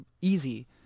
easy